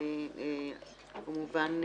וכמובן,